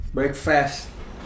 Breakfast